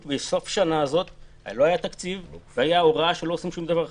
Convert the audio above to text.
בסוף שנה זאת לא היה תקציב והיתה הוראה שלא עושים שום דבר חדש.